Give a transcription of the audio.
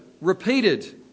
Repeated